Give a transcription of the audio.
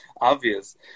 obvious